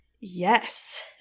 Yes